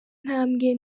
ntambwe